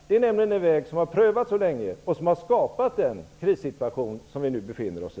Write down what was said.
Det är den väg som har prövats så länge och som har skapat den krissituation som vi nu befinner oss i.